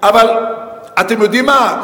אבל אתם יודעים מה,